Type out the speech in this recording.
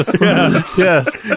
Yes